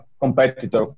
competitor